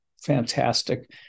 fantastic